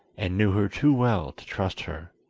and knew her too well to trust her.